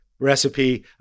recipe